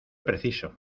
preciso